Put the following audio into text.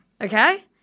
Okay